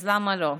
אז למה לא?